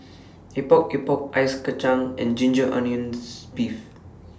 Epok Epok Ice Kacang and Ginger Onions Beef